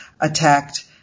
attacked